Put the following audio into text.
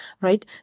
right